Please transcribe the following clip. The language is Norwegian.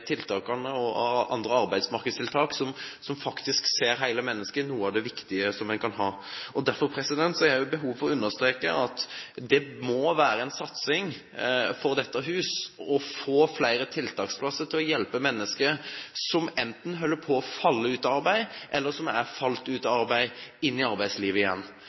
det viktige en kan ha. Derfor er det behov for å understreke at det må være en satsing for dette hus å få flere tiltaksplasser for å hjelpe mennesker som enten holder på å falle ut av arbeidslivet, eller som har falt ut av arbeidslivet, inn i arbeidslivet igjen.